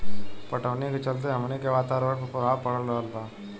पटवनी के चलते हमनी के वातावरण पर प्रभाव पड़ रहल बा